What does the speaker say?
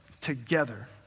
together